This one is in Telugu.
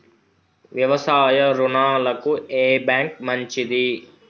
వ్యవసాయ రుణాలకు ఏ బ్యాంక్ మంచిది?